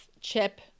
Chip